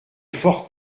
fort